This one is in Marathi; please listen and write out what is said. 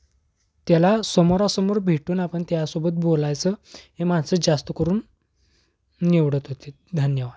त्याला समोरासमोर भेटून आपण त्यासोबत बोलायचं हे माणसं जास्त करून निवडत होते धन्यवाद